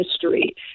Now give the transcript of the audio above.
history